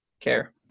care